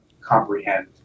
comprehend